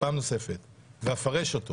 פעם נוספת, ואפשר אותו